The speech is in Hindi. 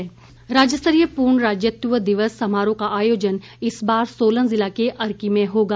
राज्यत्व दिवस राज्यस्तरीय पूर्ण राज्यत्व दिवस समारोह का आयोजन इस बार सोलन जिला के अर्की में होगा